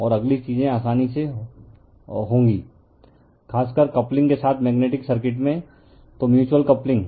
और अगली चीजें आसान होंगी खासकर कपलिंग के साथ मेग्नेटिक सर्किट में तो म्यूच्यूअल कपलिंग